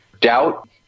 doubt